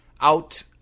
out